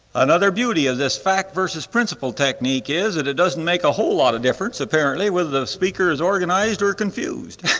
another beauty of this fact versus principle technique is that it doesn't make a whole lot of difference apparently whether the speaker is organized or confused.